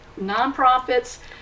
nonprofits